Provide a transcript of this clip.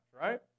right